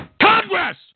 Congress